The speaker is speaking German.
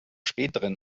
späteren